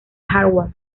hardware